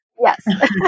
Yes